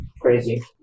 Crazy